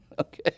okay